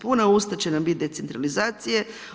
Puna usta će nam biti decentralizacije.